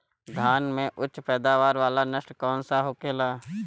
धान में उच्च पैदावार वाला नस्ल कौन सा होखेला?